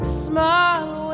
smile